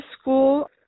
school